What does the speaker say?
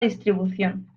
distribución